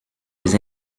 les